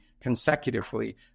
consecutively